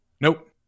nope